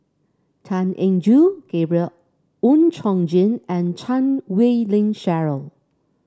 Tan Eng Joo Gabriel Oon Chong Jin and Chan Wei Ling Cheryl